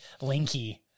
Linky